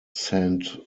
saint